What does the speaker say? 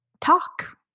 talk